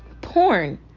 Porn